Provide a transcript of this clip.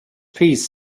piece